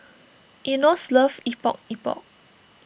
Enos loves Epok Epok